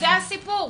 זה הסיפור.